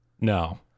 No